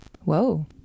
Whoa